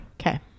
Okay